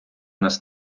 нас